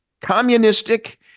communistic